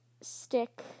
stick